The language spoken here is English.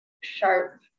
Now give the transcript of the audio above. sharp